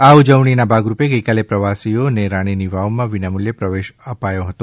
આ ઉજવણીના ભાગરૂપે ગઈકાલે પ્રવાસીઓને રાણીની વાવમાં વિનામૂલ્યે પ્રવેશ અપાયો હતો